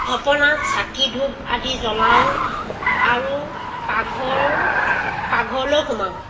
থাপনাত চাকি ধূপ আদি জ্বলাও আৰু পাকঘৰ পাকঘৰলৈয়ো সোমাওঁ